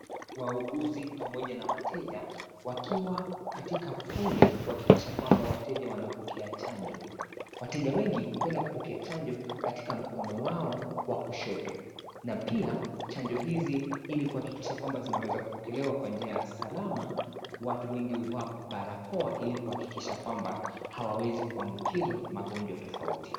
Wauguzi pamoja na wateja, wakiwa katika fule kuhakikisha kwamba wateja wanapokia chanjo. Wateja wengi hupenda kupokea chanjo katika mkono wao wa kushoto. Na pia, chanjo hizi ili kuhakikisha kwamba inaweza kupokelewa kwa njia salama watu wengi huvaa barakoa ili kuhakiikisha kwamba hawawezi kuambukizwa magonjwa tofauti.